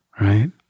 Right